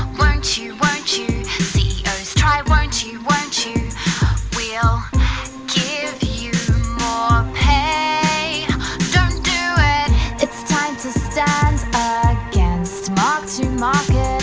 won't you won't you, ceos try won't you you won't you we'll give you more pay' don't do it it's time to stand against mark to market